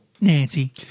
Nancy